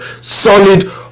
Solid